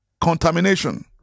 contamination